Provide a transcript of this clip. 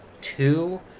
two